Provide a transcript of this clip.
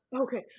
okay